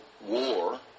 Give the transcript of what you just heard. war